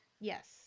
Yes